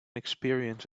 experience